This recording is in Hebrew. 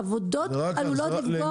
העבודות עלולות לפגוע.